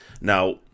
now